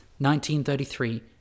1933